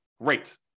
great